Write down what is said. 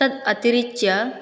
तत् अतिरिच्य